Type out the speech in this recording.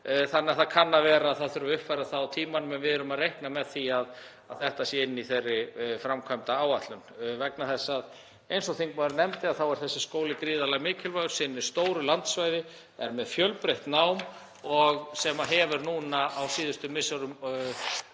í þessu. Það kann að vera að það þurfi að uppfæra þetta á tímanum en við erum að reikna með því að þetta sé inni í þeirri framkvæmdaáætlun vegna þess, eins og þingmaðurinn nefndi, að þessi skóli er gríðarlega mikilvægur, sinnir stóru landsvæði, er með fjölbreytt nám og það hefur núna á síðustu misserum